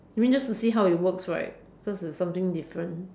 you mean just to see how it works right cause it's something different